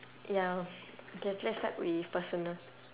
ya okay let's start with personal